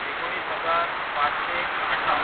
एकोणीस हजार पाचशे अठरा